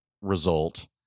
result